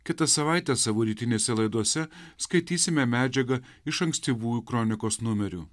kitą savaitę savo rytinėse laidose skaitysime medžiagą iš ankstyvųjų kronikos numerių